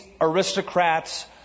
aristocrats